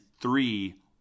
three